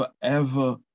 forever